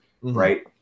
right